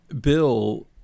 Bill